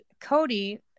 Cody